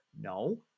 no